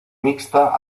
mixta